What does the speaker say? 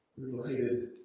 related